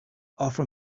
offer